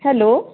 hello